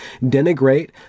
denigrate